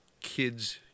kids